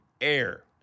air